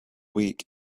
week